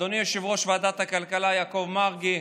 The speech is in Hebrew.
אדוני יושב-ראש ועדת הכלכלה יעקב מרגי,